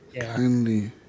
Kindly